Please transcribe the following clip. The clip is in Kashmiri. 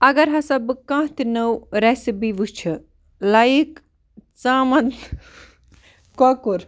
اگر ہسا بہٕ کانٛہہ تہِ نٔو رَسِپی وُچھِ لایک ژامَن کۄکُر